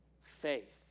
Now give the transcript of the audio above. faith